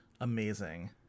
Amazing